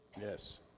Yes